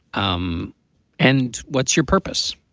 um and what's your purpose?